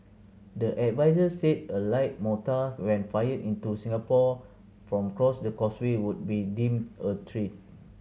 the adviser said a light mortar when fired into Singapore from across the Causeway would be deemed a threat